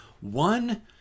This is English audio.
one